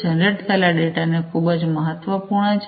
generate થયેલ data ખૂબ જ મહત્વપૂર્ણ છે